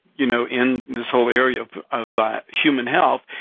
you know, in this whole area of human health.